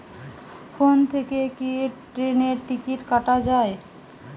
Phone থেকে কি ট্রেনের টিকিট কাটা য়ায়?